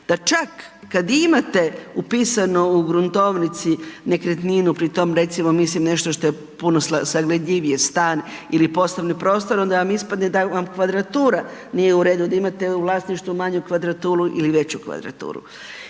Da čak kad i imate upisano u gruntovnici nekretninu, pri tome recimo mislim nešto što je puno sagledljivije stan ili poslovni prostor onda vam ispadne da vam kvadratura nije u redu da imate u vlasništvu manju kvadraturu ili veću kvadraturu.